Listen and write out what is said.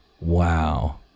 wow